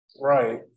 Right